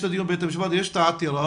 יש את הדיון בבית המשפט ויש את העתירה.